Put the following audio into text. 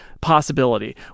possibility